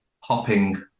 hopping